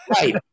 right